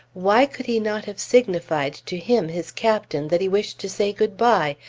why could he not have signified to him, his captain, that he wished to say good-bye,